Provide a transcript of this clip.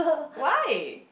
why